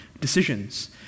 decisions